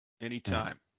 Anytime